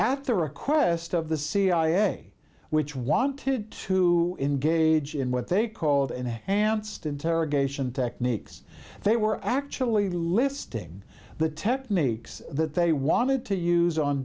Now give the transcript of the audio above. the request of the cia which wanted to engage in what they called enhanced interrogation techniques they were actually listing the techniques that they wanted to use on